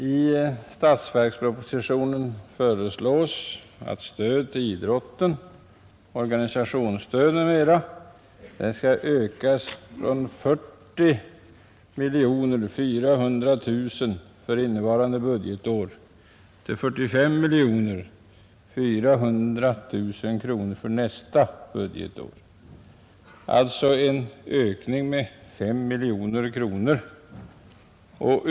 I statsverkspropositionen föreslås att anslaget Stöd till idrotten: Organisationsstöd m.m. skall ökas från 40,4 miljoner kronor för innevarande budgetår till 45,4 miljoner kronor för nästa budgetår, alltså en ökning med 5 miljoner kronor.